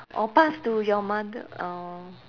or pass to your mother orh